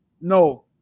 no